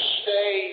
stay